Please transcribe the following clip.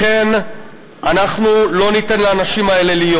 לכן אנחנו לא ניתן לאנשים האלה להיות.